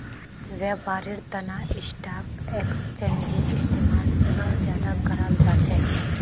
व्यापारेर तना स्टाक एक्स्चेंजेर इस्तेमाल सब स ज्यादा कराल जा छेक